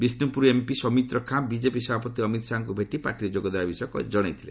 Bishnupur MP Saumitra Khan BJP ସଭାପତି ଅମିତ ଶାହାଙ୍କୁ ଭେଟି ପାଟିରେ ଯୋଗ ଦେବା ବିଷୟ ଜଣାଇଥିଲେ